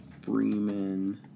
Freeman